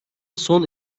son